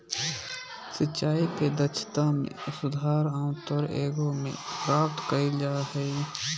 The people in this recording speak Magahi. सिंचाई के दक्षता में सुधार आमतौर एगो में प्राप्त कइल जा हइ